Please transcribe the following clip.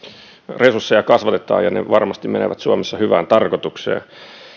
resursseja kasvatetaan ja ne varmasti menevät suomessa hyvään tarkoitukseen